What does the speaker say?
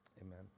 Amen